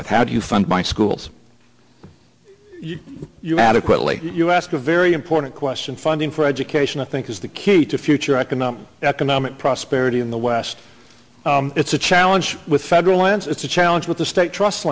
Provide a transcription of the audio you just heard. with how do you fund my schools adequately you ask a very important question funding for education i think is the key to future economic economic prosperity in the west it's a challenge with federal lands it's a challenge with the state trust